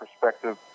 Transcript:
perspective